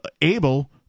able